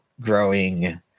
growing